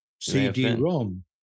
cd-rom